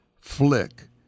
Flick